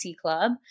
Club